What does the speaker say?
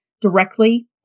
directly